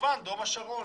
וכמובן דרום השרון